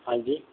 ہاں جی